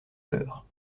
beurre